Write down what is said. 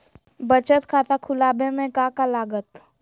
बचत खाता खुला बे में का का लागत?